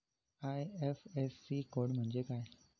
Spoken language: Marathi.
आय.एफ.एस.सी कोड म्हणजे काय?